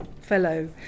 fellow